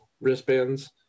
wristbands